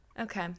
okay